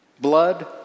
Blood